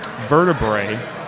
vertebrae